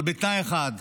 אבל בתנאי אחד,